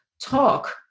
Talk